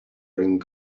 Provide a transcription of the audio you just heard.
bring